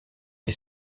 des